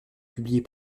publiée